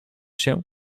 się